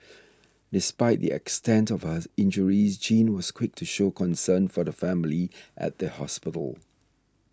despite the extent of her injures Jean was quick to show concern for the family at the hospital